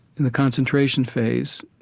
in the concentration phase,